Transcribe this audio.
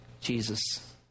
Jesus